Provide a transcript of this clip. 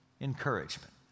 encouragement